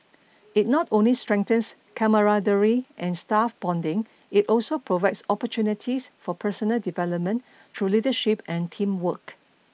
it not only strengthens camaraderie and staff bonding it also provides opportunities for personal development through leadership and teamwork